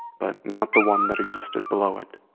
but not the one that existed below it.